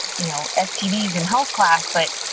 you know, stds in health class but,